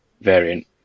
Variant